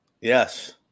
Yes